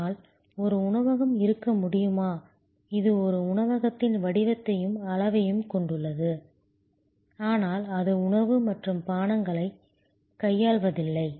ஆனால் ஒரு உணவகம் இருக்க முடியுமா இது ஒரு உணவகத்தின் வடிவத்தையும் அளவையும் கொண்டுள்ளது ஆனால் அது உணவு மற்றும் பானங்களைக் கையாள்வதில்லை